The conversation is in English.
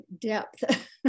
depth